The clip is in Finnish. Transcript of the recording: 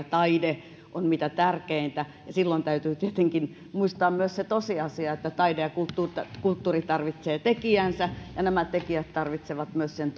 taide on mitä tärkeintä silloin täytyy tietenkin muistaa myös se tosiasia että taide ja kulttuuri kulttuuri tarvitsevat tekijänsä ja nämä tekijät tarvitsevat myös sen